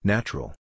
Natural